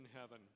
heaven